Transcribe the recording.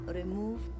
remove